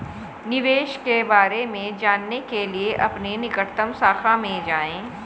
निवेश के बारे में जानने के लिए अपनी निकटतम शाखा में जाएं